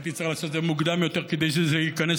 שהייתי צריך לעשות את זה מוקדם יותר כדי שזה ייכנס